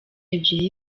ebyiri